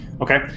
Okay